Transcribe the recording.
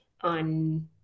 on